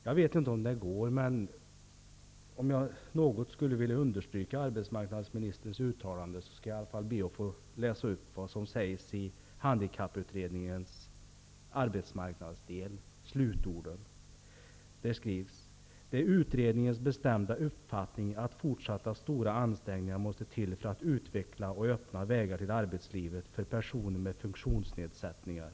Jag vet inte om det går, men jag skulle något vilja understryka arbetsmarknadsministerns uttalande genom att läsa upp slutorden i handikapputredningens arbetsmarknadsdel: ''Det är utredningens bestämda uppfattning att fortsatta stora ansträngningar måste till för att utveckla och öppna vägar till arbetslivet för personer med funktionsnedsättningar.